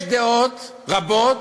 יש דעות רבות,